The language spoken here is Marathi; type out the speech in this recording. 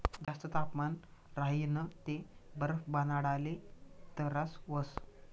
जास्त तापमान राह्यनं ते बरफ बनाडाले तरास व्हस